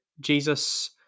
Jesus